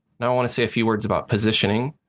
now i want to say a few words about positioning.